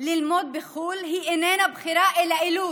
ללמוד בחו"ל היא איננה בחירה אלא אילוץ.